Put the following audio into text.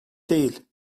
değil